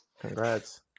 Congrats